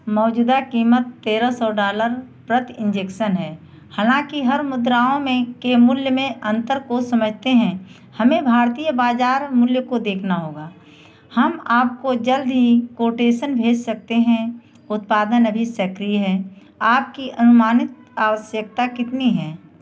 मौजूदा कीमत तेरह सौ डॉलर प्रति इन्जेक्सन है हालाँकि हर मुद्राओं में के मूल्य में अंतर को समझते हैं हमें भारतीय बाज़ार मूल्य को देखना होगा हम आपको जल्द ही कोटेसन भेज सकते हैं उत्पादन अभी सक्रिय है आपकी अनुमानित आवश्यकता कितनी है